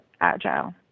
agile